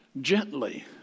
gently